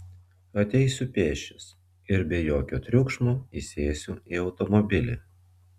ateisiu pėsčias ir be jokio triukšmo įsėsiu į automobilį